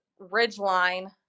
Ridgeline